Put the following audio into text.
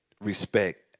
respect